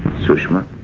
sushma.